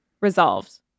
resolved